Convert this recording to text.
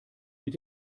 mit